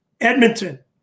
Edmonton